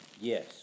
Yes